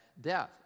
death